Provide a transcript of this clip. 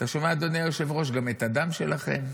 אתה שומע, אדוני היושב-ראש, גם את הדם שלכם?